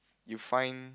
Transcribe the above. you find